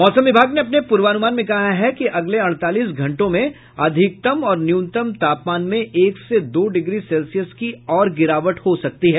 मौसम विभाग ने अपने पूर्वानुमान में कहा है कि अगले अड़तालीस घंटों में अधिकतम और न्यूनतम तापमान में एक से दो डिग्री सेल्सियस की और गिरावट हो सकती है